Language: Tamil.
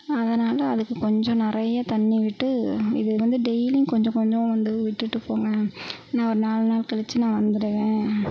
அதனாலே அதுக்கு கொஞ்சோம் நிறைய தண்ணி விட்டு இது வந்து டெய்லியும் கொஞ்சோம் கொஞ்சோம் வந்து விட்டுவிட்டு போங்க நான் ஒரு நாலு நாள் கழிச்சி நான் வந்துடுவேன்